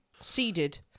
Seeded